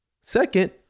Second